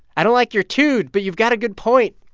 i don't like your tude, but you've got a good point.